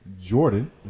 Jordan